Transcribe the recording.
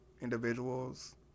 individuals